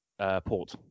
port